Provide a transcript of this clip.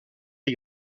est